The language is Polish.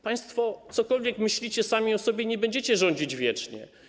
Państwo, cokolwiek myślicie sami o sobie, nie będziecie rządzić wiecznie.